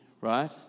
right